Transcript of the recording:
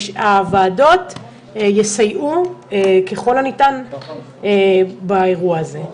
והוועדות יסייעו ככל הניתן באירוע הזה.